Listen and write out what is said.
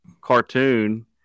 cartoon